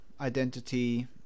identity